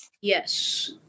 yes